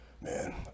man